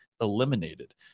eliminated